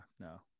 no